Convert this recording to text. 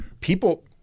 people